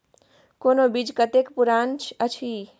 कोनो बीज कतेक पुरान अछि?